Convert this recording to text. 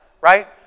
right